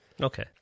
Okay